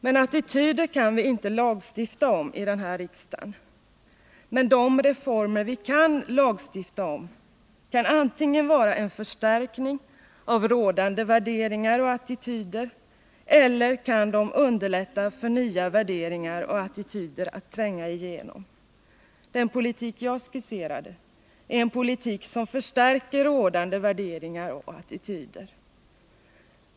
Men attityder kan vi inte lagstifta om i riksdagen. Men de reformer vi kan lagstifta om kan antingen innebära en förstärkning av rådande värderingar och attityder eller underlätta för nya värderingar och attityder att tränga igenom. Den politik jag skisserade är en politik som förstärker rådande värderingar och attityder.